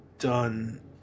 Done